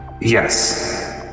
Yes